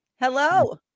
Hello